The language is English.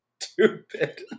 Stupid